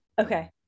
okay